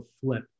flip